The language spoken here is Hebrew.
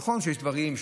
נכון שיש דברים,